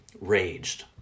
raged